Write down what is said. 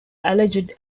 alleged